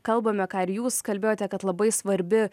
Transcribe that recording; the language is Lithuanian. kalbame ką ir jūs kalbėjote kad labai svarbi